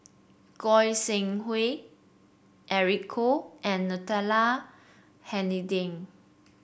Goi Seng Hui Eric Khoo and Natalie Hennedige